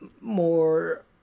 more